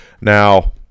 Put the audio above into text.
Now